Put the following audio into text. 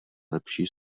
lepší